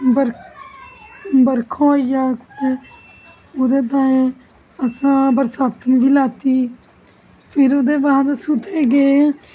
बर्खा होई जाए कुते ओहदे तांई असें बरसाती बी लेती फिर ओहदे बाद सिद्धे गे